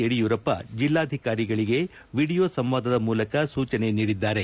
ಯಡಿಯೂರಪ್ಪ ಜಿಲ್ಲಾಧಿಕಾರಿಗಳಿಗೆ ವಿಡಿಯೋ ಸಂವಾದದ ಮೂಲಕ ಸೂಚನೆ ನೀಡಿದ್ದಾರೆ